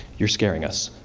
you're scaring us.